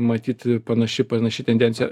matyt panaši panaši tendencija